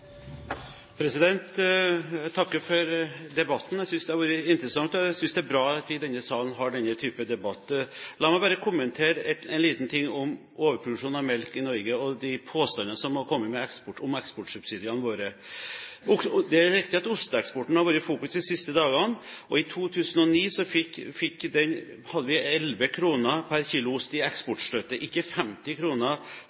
politikk. Jeg takker for debatten. Jeg synes det har vært interessant. Jeg synes det er bra at vi i denne salen har denne typen debatt. La meg bare kommentere en liten ting om overproduksjon av melk i Norge og de påstandene som har kommet om eksportsubsidiene våre. Det er riktig at det har vært fokusert på osteeksporten de siste dagene. I 2009 fikk man 11 kr per kilo ost i